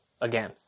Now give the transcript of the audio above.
again